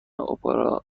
اپرا